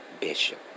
Bishop